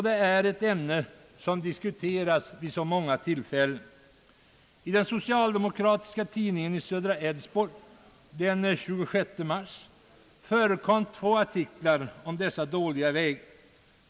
Det är ett ämne som diskuteras vid åtskilliga sammankomster: I den socialdemokratiska tidningen i södra Älvsborg tisdagen den 26 mars förekom två artiklar om dessa dåliga vägar.